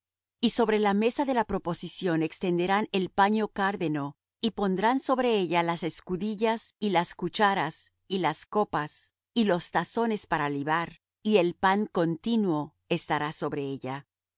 y sobre la mesa de la proposición extenderán el paño cárdeno y pondrán sobre ella las escudillas y las cucharas y las copas y los tazones para libar y el pan continuo estará sobre ella